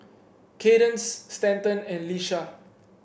Kaydence Stanton and Leisha